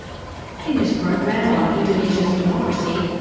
in this program on indonesia's democracy,